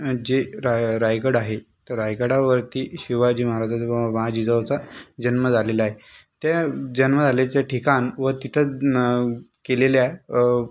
जे रा रायगड आहे त्या रायगडावरती शिवाजी महाराजाचा माँ जिजाऊचा जन्म झालेला आहे ते जन्म झालेचा ठिकाण व तिथं केलेल्या